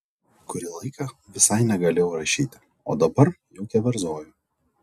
kurį laiką visai negalėjau rašyti o dabar jau keverzoju